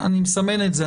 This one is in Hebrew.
אני מסמן את זה.